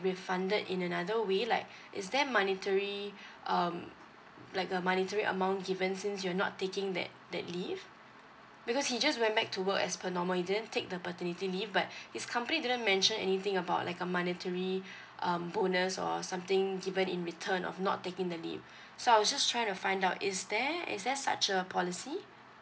refunded in another way like is there monetary um like a monetary amount given since you're not taking that that leave because he just went back to work as per normal he didn't take the paternity leave but his company didn't mention anything about like a monetary um bonus or something given in return of not taking the leave so I was just trying to find out is there is there such a policy